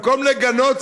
במקום לגנות,